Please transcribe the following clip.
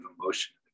emotion